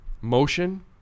motion